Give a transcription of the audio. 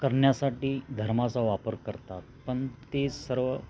करण्यासाठी धर्माचा वापर करतात पण ते सर्व